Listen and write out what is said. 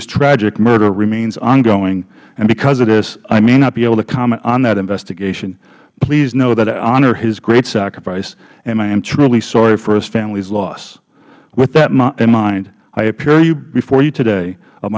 his tragic murder remains ongoing and because of this i may not be able to comment on that investigation please know that i honor his great sacrifice and i am truly sorry for his family's loss with that in mind i appear before you today o